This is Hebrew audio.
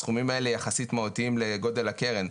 הסכומים האלה יחסית מהותיים לגודל הקרן,